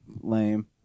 Lame